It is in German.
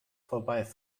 vorbei